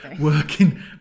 working